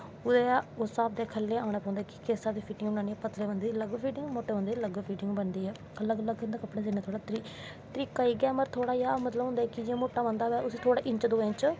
ते उस हिसाब दे खल्लैं आना पौंदा किस हिसाब दी फिटिंग बनानी ऐ पतले बंदे दी अलग फिटिंग बनदी ऐ अलग अलग कपड़ा थोह्ड़ा तरका इयै पर थोह्ड़ा जा होंदा मोटा बंगदा होऐ उसी इंच दो इंच